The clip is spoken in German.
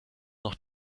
noch